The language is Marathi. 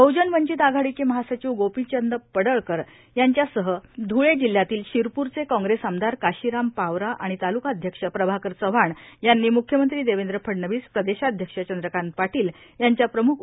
बहुजन वंचित आघाडीचे महासचिव गोपिचंद पडळकर यांच्यासह ध्ळे जिल्ह्यातील शिरपूरचे काँग्रस आमदार काशिराम पावरा आणि ताल्काध्यक्ष प्रभाकर चव्हाण यांनी म्ख्यमंत्री देवेंद्र फडणवीस प्रदेशाध्यक्ष चंद्रकांत पाटील यांच्या प्रम्ख उस्थित भाजपात प्रवेश केला